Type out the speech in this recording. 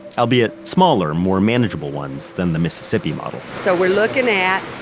albeit smaller, more manageable ones than the mississippi model so we're looking at